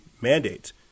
mandates